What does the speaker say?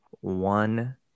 one